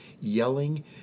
yelling